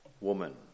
woman